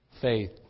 Faith